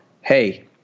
hey